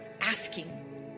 asking